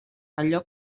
allò